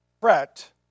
fret